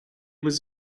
was